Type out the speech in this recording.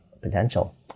potential